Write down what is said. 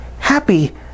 Happy